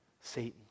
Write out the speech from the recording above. Satan